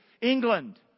England